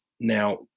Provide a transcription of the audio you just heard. now